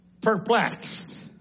perplexed